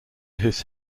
his